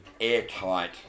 airtight